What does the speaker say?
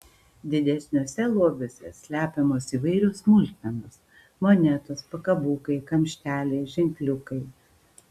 didesniuose lobiuose slepiamos įvairios smulkmenos monetos pakabukai kamšteliai ženkliukai